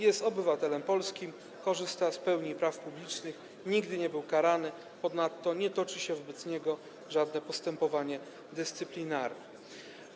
Jest obywatelem polskim, korzysta z pełni praw publicznych, nigdy nie był karany, ponadto nie toczy się wobec niego żadne postępowanie dyscyplinarne.